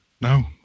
No